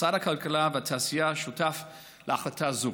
משרד הכלכלה והתעשייה שותף להחלטה זו.